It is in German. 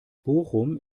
bochum